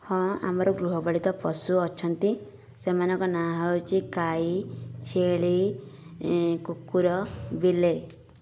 ହଁ ଆମର ଗୃହପାଳିତ ପଶୁ ଅଛନ୍ତି ସେମାନଙ୍କ ନାଁ ହେଉଛି ଗାଈ ଛେଳି କୁକୁର ବିଲେଇ